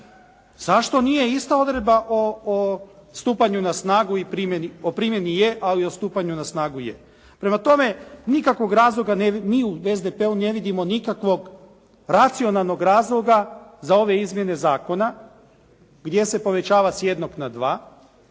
o stupanju na snagu, o primjeni je, ali o stupanju na snagu je. Prema tome, nikakvog razloga mi u SDP-u ne vidimo nikakvog racionalnog razloga za ove izmjene zakona gdje se povećava s jednog na dva.